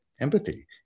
empathy